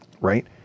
Right